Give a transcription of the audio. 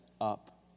up